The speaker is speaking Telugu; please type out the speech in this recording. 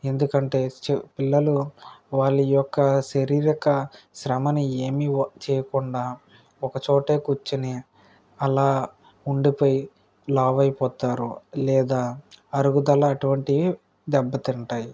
ఎందుకంటే పిల్లలు వాళ్ళ యొక్క శారీరక శ్రమను ఏమీ చేయకుండా ఒకచోటే కూర్చుని అలా ఉండిపోయి లావైపోతారు లేదా అరుగుదల అటువంటివి దెబ్బతింటాయి